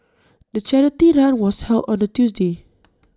the charity run was held on A Tuesday